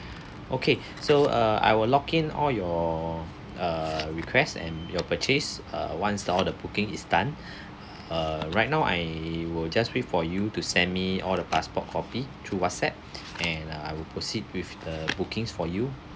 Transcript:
okay so uh I will lock in all your uh request and your purchase uh once the all the booking is done uh right now I will just wait for you to send me all the passport copy through whatsapp and uh I will proceed with the bookings for you